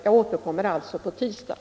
Jag återkommer därför på tisdag.